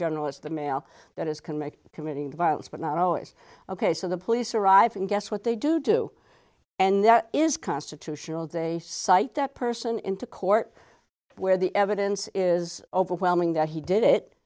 general it's the male that is can make committing violence but not always ok so the police arrive and guess what they do do and that is constitutional de cite that person into court where the evidence is overwhelming that he did it